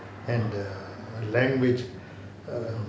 and the language err